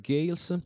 Gales